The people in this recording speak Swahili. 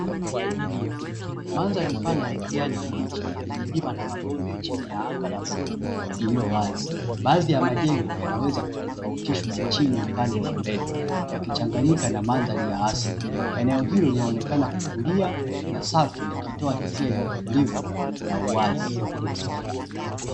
Mandhari pana ya kijani kibichi yenye milima na mabonde chini ya anga la bluu iliyo wazi, baadhi ya majengo yanaweza kutofautishwa chini upande wa mbele yakichanganyika na mandhari ya asili, eneo hilo linaonekana kutulia na safi likitoa hisia ya utulivu na uwazi.